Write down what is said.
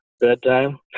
bedtime